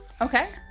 Okay